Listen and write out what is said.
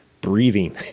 breathing